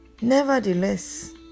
Nevertheless